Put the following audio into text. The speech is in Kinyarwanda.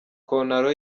kontaro